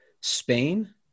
Spain